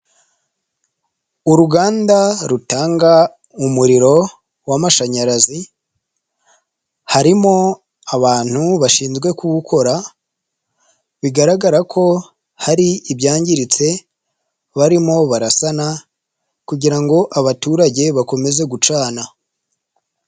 Uruganda rutanga umuriro w'amashanyarazi harimo abantu bashinzwe kuwukora; bigaragara ko hari ibyangiritse barimo barasana kugira ngo abaturage bakomeze gucana.